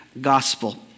gospel